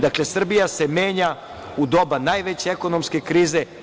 Dakle, Srbija se menja u doba najveće ekonomske krize.